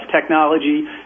technology